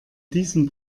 diesen